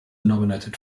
nominated